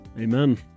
Amen